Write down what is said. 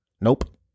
Nope